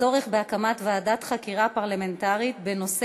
בנושא: הצורך בהקמת ועדת חקירה פרלמנטרית בנושא